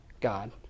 God